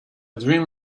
dream